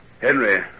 Henry